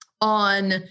on